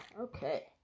Okay